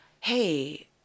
Hey